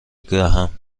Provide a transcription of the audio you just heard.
دهم